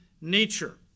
nature